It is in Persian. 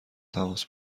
تماس